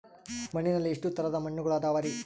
ಮಣ್ಣಿನಲ್ಲಿ ಎಷ್ಟು ತರದ ಮಣ್ಣುಗಳ ಅದವರಿ?